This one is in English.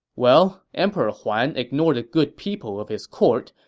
well, emperor huan ignored the good people of his court,